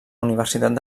universitat